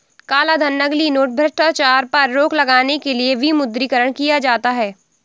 कालाधन, नकली नोट, भ्रष्टाचार पर रोक लगाने के लिए विमुद्रीकरण किया जाता है